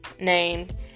named